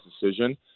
decision